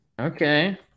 Okay